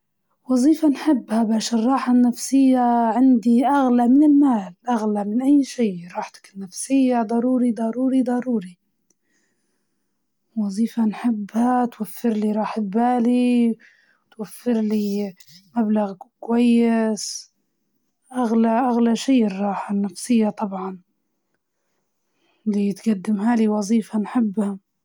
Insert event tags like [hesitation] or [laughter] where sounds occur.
وظيفة نحبها لإن لمن نبدأ في وظيفة نحبها، فنخدم أكتر، ننجز أكتر، [hesitation] وما نحسش بالوقت، و [hesitation] الراحة النفسية أغلى من المال.